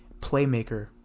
playmaker